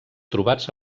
trobats